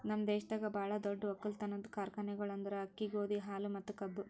ನಮ್ ದೇಶದಾಗ್ ಭಾಳ ದೊಡ್ಡ ಒಕ್ಕಲತನದ್ ಕಾರ್ಖಾನೆಗೊಳ್ ಅಂದುರ್ ಅಕ್ಕಿ, ಗೋದಿ, ಹಾಲು ಮತ್ತ ಕಬ್ಬು